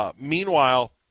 Meanwhile